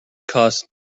cost